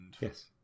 yes